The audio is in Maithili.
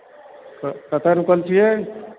कतऽ रुकल छिए